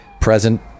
present